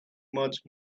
much